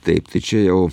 taip tai čia jau